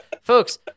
Folks